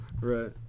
Right